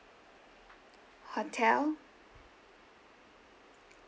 hotel